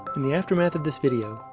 in the aftermath of this video,